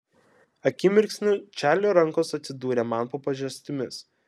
akimirksniu čarlio rankos atsidūrė man po pažastimis